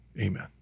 Amen